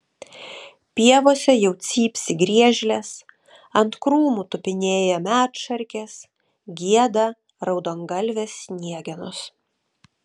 pievose jau cypsi griežlės ant krūmų tupinėja medšarkės gieda raudongalvės sniegenos